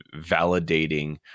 validating